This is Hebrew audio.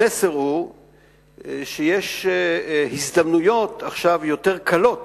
המסר הוא שעכשיו יש הזדמנויות קלות